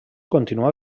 continuà